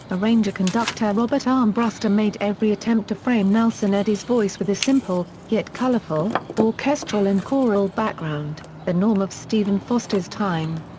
arranger conducter robert armbruster made every attempt to frame nelson eddy's voice with a simple, yet colorful, orchestral and choral background the norm of stephen foster's time.